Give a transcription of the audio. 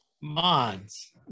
Mods